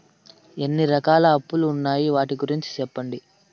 ఎన్ని రకాల అప్పులు ఉన్నాయి? వాటి గురించి సెప్పండి?